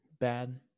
Bad